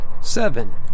Seven